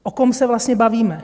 O kom se vlastně bavíme?